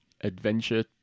adventure